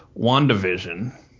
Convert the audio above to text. Wandavision